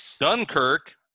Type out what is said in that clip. Dunkirk